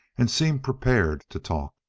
and seemed prepared to talk.